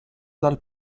dal